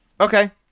okay